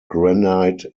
granite